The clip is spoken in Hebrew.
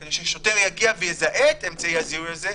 כדי ששוטר יגיע ויזהה את אמצעי הזיהוי הזה,